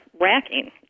racking